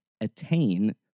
attain